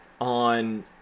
on